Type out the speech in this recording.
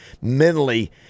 mentally